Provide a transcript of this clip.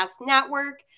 Network